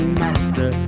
master